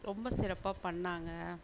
ரொம்ப சிறப்பாக பண்ணாங்க